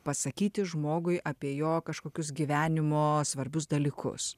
pasakyti žmogui apie jo kažkokius gyvenimo svarbius dalykus